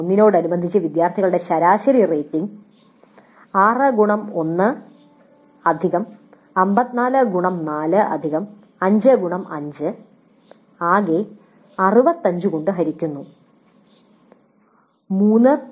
ചോദ്യം 1 നോടനുബന്ധിച്ച് വിദ്യാർത്ഥികളുടെ ശരാശരി റേറ്റിംഗ് 6 x 1 54 x 4 5 x 5 ആകെ 65 കൊണ്ട് ഹരിക്കുന്നു 3